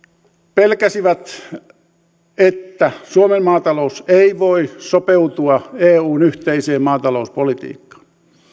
että suomen maatalous ei voi sopeutua eun yhteiseen maatalouspolitiikkaan